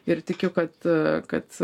ir tikiu kad kad